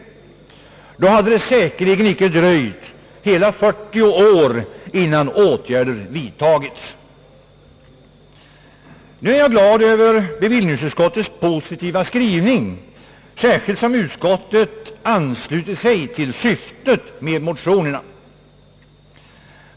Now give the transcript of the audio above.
Då hade det säkerligen inte dröjt hela 40 år innan åtgärder vidtagits. Jag är glad över bevillningsutskottets positiva skrivning, särskilt som utskottet anslutit sig till syftet med motionerna.